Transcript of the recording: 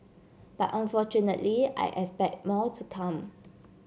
but unfortunately I expect more to come